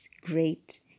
great